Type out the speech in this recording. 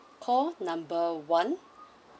call number one